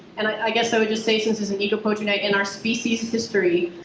and i guess i would just say since it's an eco poetry night. in our species' history.